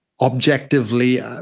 objectively